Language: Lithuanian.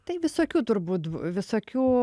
tai visokių turbūt visokių